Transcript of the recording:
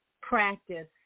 practice